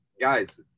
guys